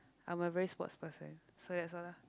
I'm a very sports person so as lah